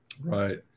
Right